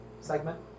segment